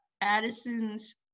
Addison's